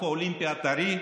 האלוף האולימפי הטרי,